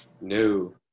No